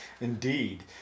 Indeed